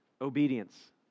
obedience